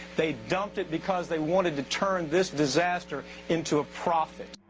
they dumped it because they wanted to turn this disaster into a profit.